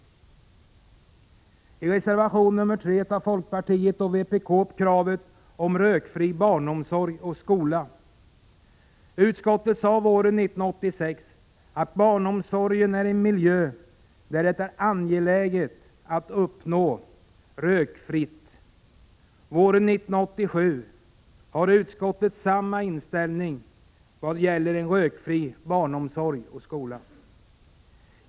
I reservation nr 3 tar folkpartiet och vänsterpartiet kommunisterna upp krav på en rökfri barnomsorg och skola. Våren 1986 sade utskottet att barnomsorg bör bedrivas i en miljö som det är angeläget att göra rökfri. Våren 1987 har utskottet samma inställning vad gäller rökfri barnomsorg och skola.